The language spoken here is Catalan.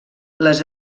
les